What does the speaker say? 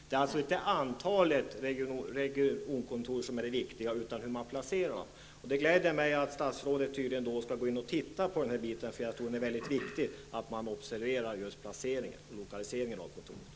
Det är inte antalet regionkontor som är det viktiga utan hur man placerar dem. Det gläder mig att statsrådet tydligen skall se på denna bit. Det är väldigt angeläget att man observerar just lokaliseringen av regionkontoren.